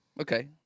Okay